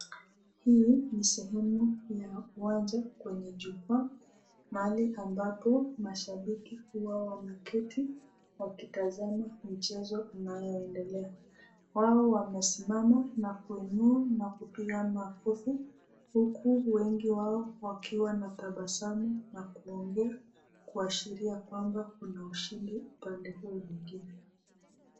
Hii ni sehemu ya uwanja kwenye jukwaa mahali ambapo mashabiki huwa wameketi wakitazama michezo inayoendelea wao wamesimama na kuinua na kupiga makofi huku wengi wao wakiwa na tabasamu na kuongea kuashiria kwamba kuna ushindi upande huo mwingine.